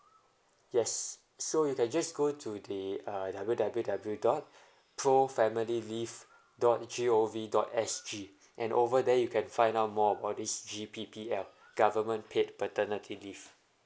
yes so you can just go to the uh w w w dot pro family leave dot g o v dot s g and over there you can find out more about this G_P_P_L government paid paternity leave